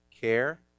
care